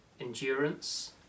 endurance